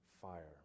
fire